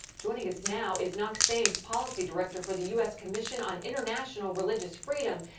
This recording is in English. joining us now is knox thames, policy director for the u s. commission on international religious freedom.